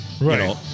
Right